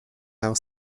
our